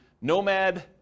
nomad